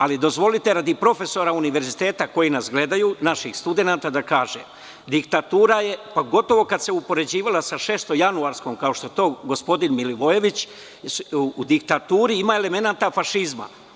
Ali, dozvolite, radi profesora univerziteta koji nas gledaju, naših studenata da kažem – diktatura je, gotovo kada se upoređivala sa šestojanuarskom, kao što je to gospodin Milivojević, u diktaturi ima elemenata fašizma.